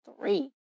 three